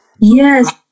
Yes